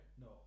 No